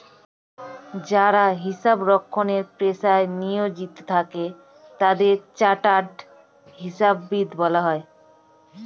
যারা হিসাব রক্ষণের পেশায় নিয়োজিত থাকে তাদের চার্টার্ড হিসাববিদ বলা হয়